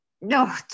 no